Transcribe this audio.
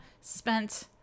spent